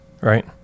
Right